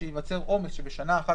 שייווצר עומס שבשנה אחת